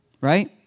Right